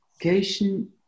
education